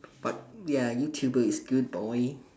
but ya YouTuber is good boy